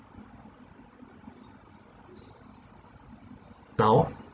now